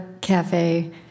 cafe